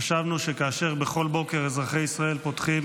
חשבנו שכאשר בכל בוקר אזרחי ישראל פותחים